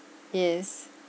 yes